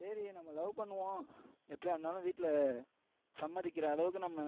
சரி நம்ம லவ் பண்ணுவோம் எப்படியா இருந்தாலும் வீட்டில் சம்மதிக்கிற அளவுக்கு நம்ம